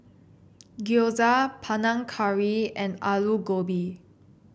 Gyoza Panang Curry and Alu Gobi